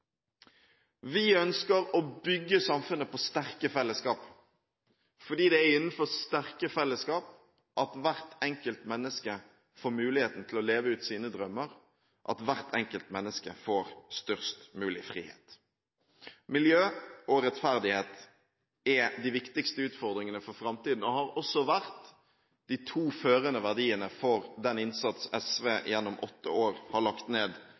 fordi det er innenfor sterke fellesskap at hvert enkelt menneske får muligheten til å leve ut sine drømmer, og at hvert enkelt menneske får størst mulig frihet. Miljø og rettferdighet er de viktigste utfordringene for framtiden og har også vært de to førende verdiene for den innsats SV gjennom åtte år har lagt ned